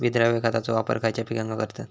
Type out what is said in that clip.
विद्राव्य खताचो वापर खयच्या पिकांका करतत?